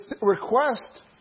request